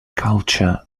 culture